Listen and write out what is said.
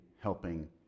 helping